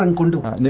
and gondolas